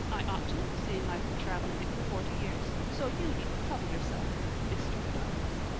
i ought to, seeing i've been traveling it for forty years. so you needn't trouble yourself, mr. douglas.